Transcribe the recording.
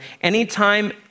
anytime